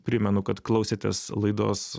primenu kad klausėtės laidos